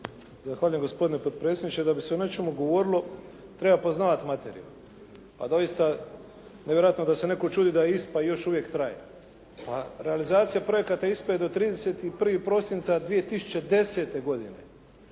Zahvaljujem gospodine potpredsjedniče. Da bi se o nečemu govorilo treba poznavati materiju, pa doista je nevjerojatno da se netko čudi da ISPA još uvijek traje. Pa realizacija projekata ISPA-e je do 31. prosinca 2010. godine.